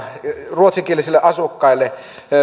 ruotsinkielisille asukkaille